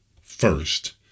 first